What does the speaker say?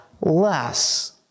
less